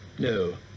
No